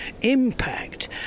impact